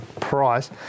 price